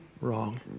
wrong